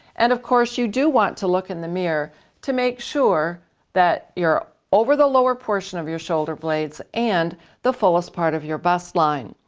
and of course you do want to look in the mirror to make sure that you're over the lower portion of your shoulder blades and the fullest part of your bust line.